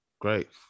Great